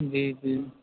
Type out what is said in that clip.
جی جی